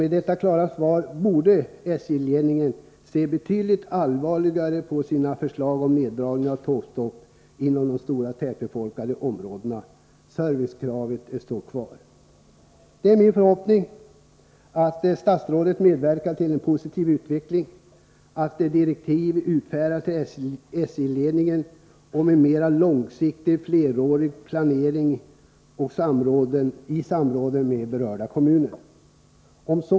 Med detta klara svar borde SJ-ledningen se betydligt allvarligare på sina förslag om neddragning av tåguppehåll inom de stora tätbefolkade områdena. Servicekravet står kvar. Det är min förhoppning att statsrådet medverkar till en positiv utveckling, så att direktiv utfärdas till SJ-ledningen om en mera långsiktig, flerårig planering i samråd med berörda kommuner.